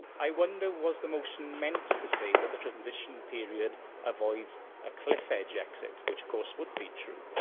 i wonder was the motion meant to say that the transition period avoids a cliff-edge exit, which, of course, would be true.